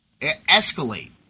escalate